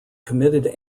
committed